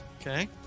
Okay